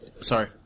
Sorry